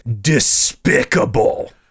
despicable